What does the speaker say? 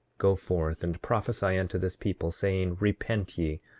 go forth and prophesy unto this people, saying repent ye,